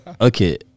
okay